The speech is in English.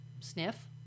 Sniff